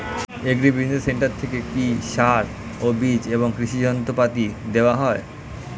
Agri business centre থেকে কি সার ও বিজ এবং কৃষি যন্ত্র পাতি দেওয়া হয়?